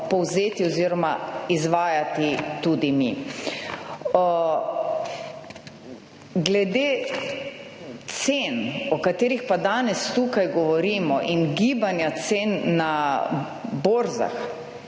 povzeti oziroma izvajati tudi mi. Glede cen o katerih pa danes tukaj govorimo in gibanja cen na borzah,